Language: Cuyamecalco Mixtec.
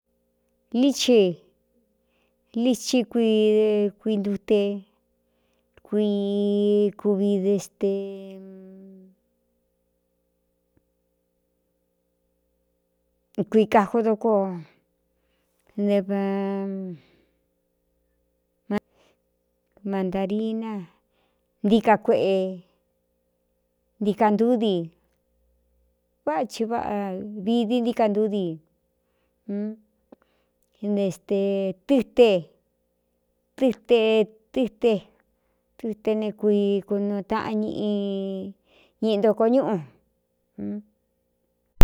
Lii lici kuikuintute kui kuvi d stekui kajo doko n mandarina ntika kueꞌē ntikantúdi váꞌa chi váꞌā vidi ntíka ntúdi nte stē tɨte tɨte tɨte tɨte ne kui kunuu taꞌan ñꞌ ñeꞌi ntoko ñúꞌu.